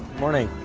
morning,